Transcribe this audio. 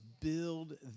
build